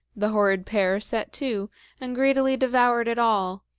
the horrid pair set to and greedily devoured it all,